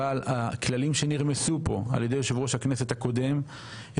אבל הכללים שנרמסו פה על ידי יושב ראש הכנסת הקודם הביאו,